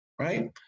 right